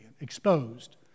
exposed